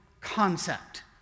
concept